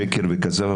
שקר וכזב.